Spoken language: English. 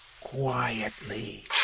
Quietly